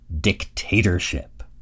dictatorship